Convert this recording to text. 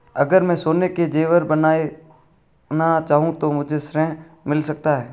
अगर मैं सोने के ज़ेवर बनाना चाहूं तो मुझे ऋण मिल सकता है?